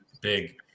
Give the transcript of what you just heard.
big